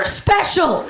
special